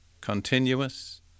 continuous